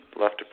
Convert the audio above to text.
left